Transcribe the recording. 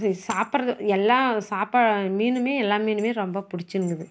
இது சாப்பிட்றது எல்லா சாப்ப மீனுமே எல்லா மீனுமே ரொம்ப பிடிச்சிருந்துது